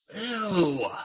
Ew